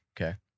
Okay